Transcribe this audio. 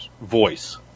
voice